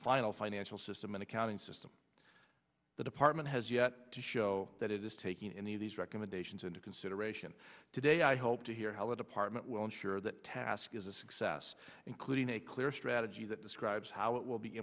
final financial system an accounting system the department has yet to show that it is taking any of these recommendations into consideration today i hope to hear how it apartment will ensure that task is a success including a clear strategy that describes how it will be